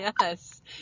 yes